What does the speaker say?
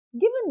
given